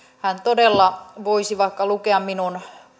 hän todella voisi vaikka lukea minun